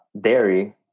dairy